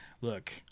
look